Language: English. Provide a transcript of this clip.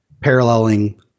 paralleling